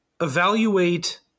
evaluate